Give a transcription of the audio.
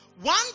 One